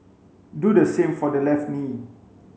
do the same for the left knee